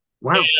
Wow